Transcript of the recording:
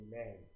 Amen